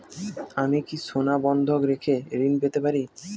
আমি কি সোনা বন্ধক রেখে ঋণ পেতে পারি?